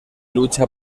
lucha